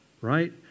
right